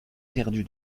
perdu